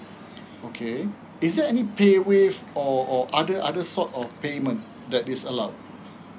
okay is there any paywave or or other other sort of payment that is allowed